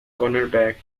cornerback